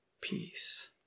peace